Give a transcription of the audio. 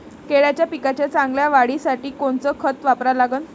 केळाच्या पिकाच्या चांगल्या वाढीसाठी कोनचं खत वापरा लागन?